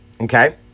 Okay